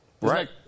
Right